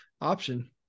option